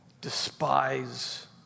despise